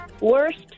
worst